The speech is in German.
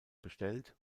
bestellt